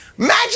Magic